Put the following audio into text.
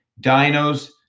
Dinos